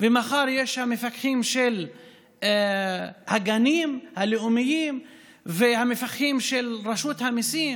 ומחר יש שם מפקחים של הגנים הלאומיים ומפקחים של רשות המיסים.